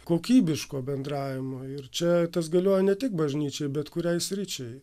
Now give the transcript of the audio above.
kokybiško bendravimo ir čia tas galioja ne tik bažnyčiai bet kuriai sričiai